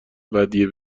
ودیعه